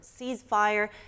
ceasefire